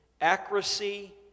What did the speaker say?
accuracy